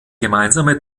gemeinsame